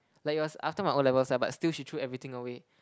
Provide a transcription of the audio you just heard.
like it was after my O-levels ah but still she threw everything away